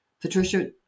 Patricia